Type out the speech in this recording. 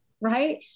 right